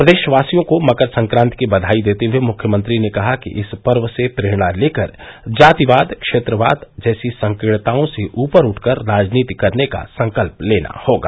प्रदेशवासियों को मकर संक्रांति की बघाई देते हुये मुख्यमंत्री ने कहा कि इस पर्व से प्रेरणा लेकर जातिवाद क्षेत्रवाद जैसी संकीर्णताओं से ऊपर उठकर राजनीति करने का संकल्प लेना होगा